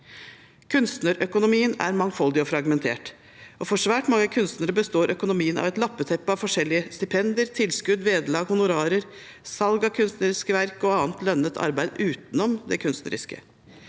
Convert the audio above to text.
Kunstnerøkonomien er mangfoldig og fragmentert, og for svært mange kunstnere består økonomien av et lappeteppe av forskjellige stipender, tilskudd, vederlag, honorarer, salg av kunstneriske verk og annet lønnet arbeid utenom det kunstneriske.